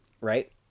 right